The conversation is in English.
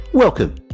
Welcome